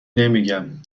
نمیگم